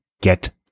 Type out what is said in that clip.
get